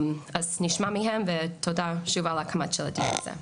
אז נשמע מהם, ותודה שוב על הקמה של הדיון הזה.